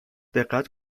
دقت